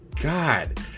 God